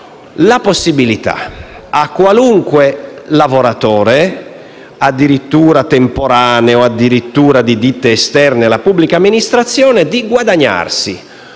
la possibilità a qualunque lavoratore, addirittura temporaneo o di ditte esterne alla pubblica amministrazione, di guadagnarsi